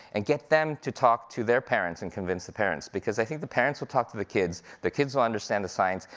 and get them to talk to their parents and convince the parents. because i think the parents will talk to the kids, the kids will understand the science,